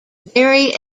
very